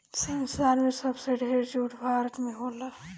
संसार में सबसे ढेर जूट भारत में होला